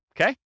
okay